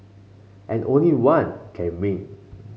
and only one can win